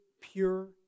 pure